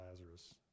Lazarus